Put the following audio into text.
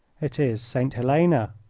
it is st. helena.